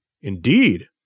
Indeed